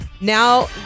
now